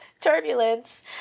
Turbulence